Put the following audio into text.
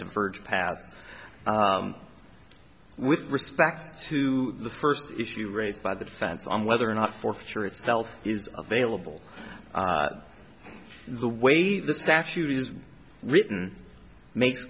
diverge paths with respect to the first issue raised by the defense on whether or not for sure itself is available the way the statute is written makes